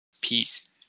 Peace